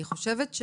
אני חושבת,